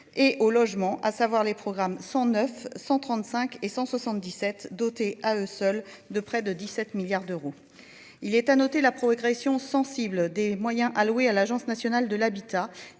et au logement, à savoir les programmes sont neufs, 135 et 177 dotés à eux seuls de près de 17 milliards d'euros, il est à noter la progression sensible des moyens alloués à l'Agence nationale de l'habitat